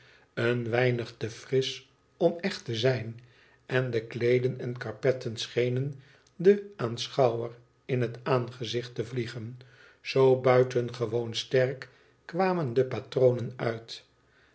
een weinig te frisch om echt te zijn en de kleeden en karpetten schenen den aanschouwer in het aangezicht te vliegen zoo buitengewoon sterk kwamen de patronen uit